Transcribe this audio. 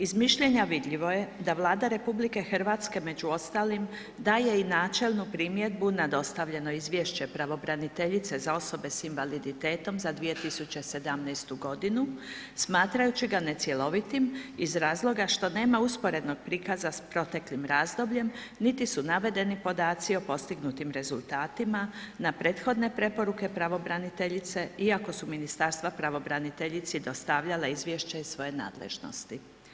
Iz mišljenja vidljivo je da Vlada RH, među ostalim, daje i načelnu primjedbu na dostavljeno izvješće pravobraniteljice za osobe s invaliditetom za 2017. godinu smatrajući ga necjelovitim iz razloga što nema usporednog prikaza s proteklim razdoblje, niti su navedeni podaci o postignutim rezultatima na prethodne preporuke pravobraniteljice, iako su ministarstva pravobraniteljici dostavljala izvješća iz svoje nadležnosti.